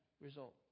result